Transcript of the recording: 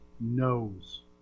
knows